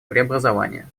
преобразования